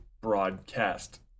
broadcast